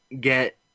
get